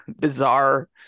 bizarre